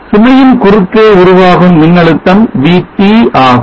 சுமையின் குறுக்கே உருவாகும் மின்னழுத்தம் VT ஆகும்